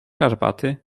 herbaty